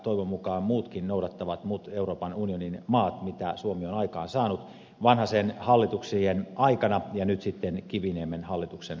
toivon mukaan muutkin euroopan unionin maat noudattavat sitä esimerkkiä mitä suomi on aikaan saanut vanhasen hallituksien aikana ja nyt sitten kiviniemen hallituksen aikana